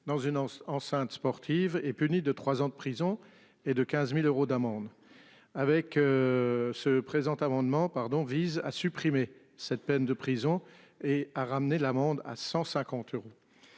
dans une enceinte sportive est puni de 3 ans de prison et de 15.000 euros d'amende avec. Ce présent amendement pardon vise à supprimer cette peine de prison et à ramener l'amende à 150 euros.